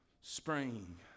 Spring